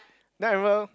now I remember